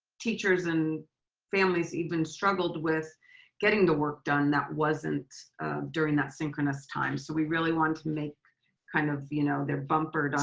teachers and families even struggled with getting the work done that wasn't during that synchronous time. so we really want to make kind of you know their bumper on